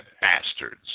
bastards